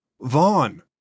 Vaughn